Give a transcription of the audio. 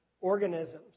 organisms